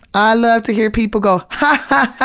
i love to hear people go, ha ha ha ha